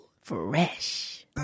Fresh